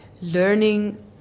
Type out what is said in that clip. learning